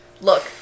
Look